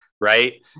Right